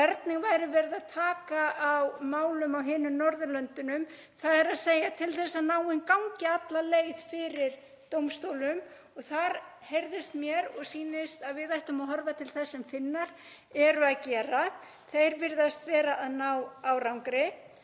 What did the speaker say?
hvernig væri verið að taka á málum á hinum Norðurlöndunum, þ.e. til að málin gangi alla leið fyrir dómstólum. Þar heyrðist mér og sýnist að við ættum að horfa til þess sem Finnar eru að gera. Þeir virðast vera að ná árangri.